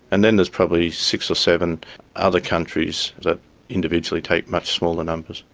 and then there's probably six or seven other countries that individually take much smaller numbers,